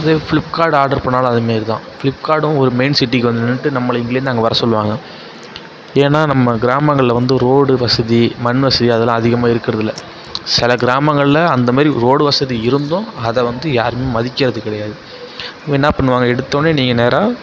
இதே Flipkart order பண்ணாலும் அதுமாரிதான் பிளிப்கார்ட்டும் ஒரு மெயின் சிட்டிக்கு வந்து நின்னுட்டு நம்மளை இங்கேருந்து அங்கே வரச்சொல்வாங்க ஏன்னா நம்ம கிராமங்களில் வந்து ரோடு வசதி மண் வசதி அதல்லாம் அதிகம் இருக்கிறதில்லலை சில கிராமங்களில் அந்தமாரி ரோடு வசதி இருந்தும் அதை வந்து யாரும் மதிக்கிறது கிடையாது என்ன பண்ணுவாங்க எடுத்தோடனே நீங்கள் நேராக